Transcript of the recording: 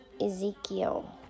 Ezekiel